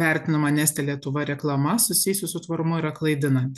vertinama neste lietuva reklama susijusi su tvarumu yra klaidinanti